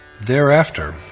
Thereafter